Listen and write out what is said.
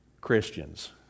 Christians